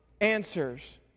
answers